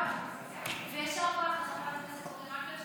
גם האופוזיציה, ויישר כוח לחבר הכנסת אורי מקלב,